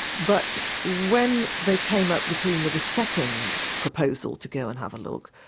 but when they came up, the team, with a second proposal to go and have a look,